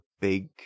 big